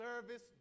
service